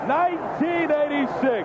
1986